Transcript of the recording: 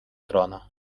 trona